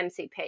MCP